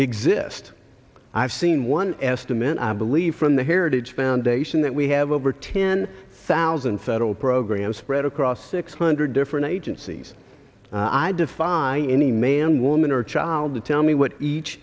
exist i've seen one estimate i believe from the heritage foundation that we have over ten thousand federal programs spread across six hundred different agencies i defy any man woman or child to tell me what each